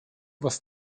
was